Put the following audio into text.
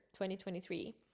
2023